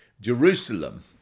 Jerusalem